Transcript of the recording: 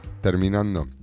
terminando